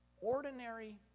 ordinary